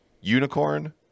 Unicorn